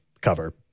cover